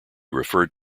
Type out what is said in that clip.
referred